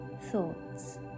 thoughts